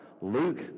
Luke